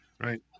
right